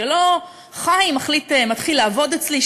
כשחיים מתחיל לעבוד אצלי,